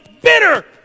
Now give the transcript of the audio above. bitter